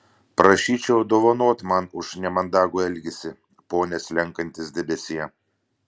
prašyčiau dovanoti man už nemandagų elgesį pone slenkantis debesie